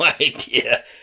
idea